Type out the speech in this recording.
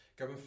go